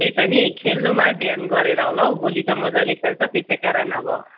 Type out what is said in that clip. त्यही त नि खेल्नुमा ध्यान गरेर होला हौ गोली त मज्जाले खेल्छ त्यसै कारण अब